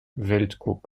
weltcup